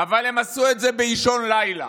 אבל הם עשו את זה באישון לילה,